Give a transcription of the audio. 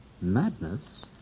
madness